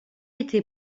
été